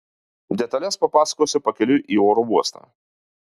detales papasakosiu pakeliui į oro uostą